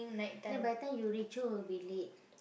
then by the time you reach home will be late